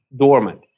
dormant